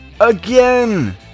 again